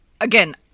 Again